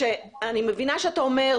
שאני מבינה שאתה אומר,